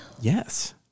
yes